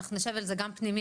אנחנו נשב על זה גם פנימי.